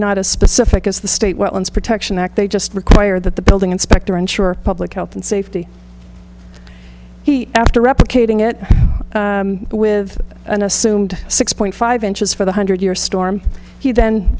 not as specific as the state ones protection act they just require that the building inspector insure public health and safety he after replicating it with an assumed six point five inches for the hundred year storm he then